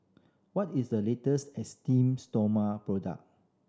what is the latest Esteem Stoma product